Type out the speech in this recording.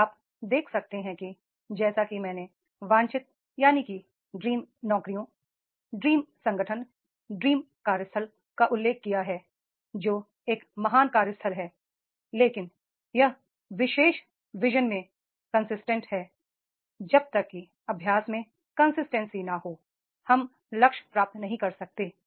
अब आप देख सकते हैं कि जैसा कि मैंने ड्रीम नौकरियों ड्रीम संगठन ड्रीम कार्यस्थल का उल्लेख किया है जो एक महान कार्यस्थल है लेकिन यह विशेष विजन में निरंतरता है जब तक कि अभ्यास में कंसिस्टेंसी न हो हम लक्ष्य प्राप्त नहीं कर सकते